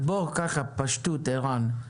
אז בפשטות, עירן,